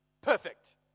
Perfect